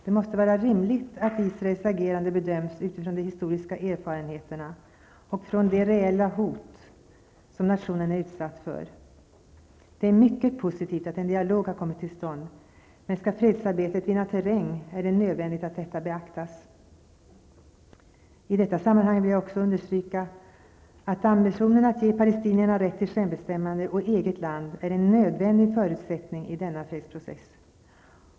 Det måste vara rimligt att Israels agerande bedöms utifrån de historiska erfarenheterna och från de reella hot som nationen är utsatt för. Det är mycket positivt att en dialog har kommit till stånd, men skall fredsarbetet vinna terräng är det nödvändigt att detta beaktas. I detta sammanhang vill jag dock understryka att ambitionen att ge palestinierna rätt till självbestämmande och eget land är en nödvändig förutsättning i denna fredsprocess.